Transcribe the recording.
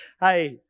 Hey